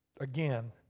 again